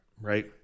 Right